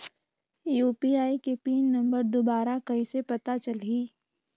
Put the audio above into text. UPI के pin number दुबारा कइसे पता चलही?